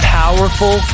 powerful